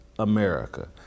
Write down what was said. America